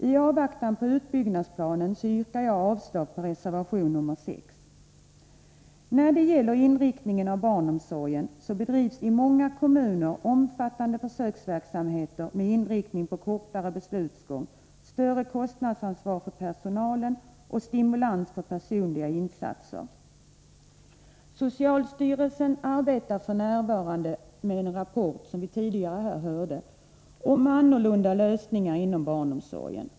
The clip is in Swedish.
I avvaktan på utbyggnadsplanen yrkar jag avslag på reservation 6. När det gäller inriktningen av barnomsorgen bedrivs i många kommuner omfattande försöksverksamheter med inriktning på kortare beslutsgång, större kostnadsansvar för personal och stimulans för personliga insatser. Socialstyrelsen arbetar f. n., som vi har hört, med en rapport om annorlunda lösningar inom barnomsorgen.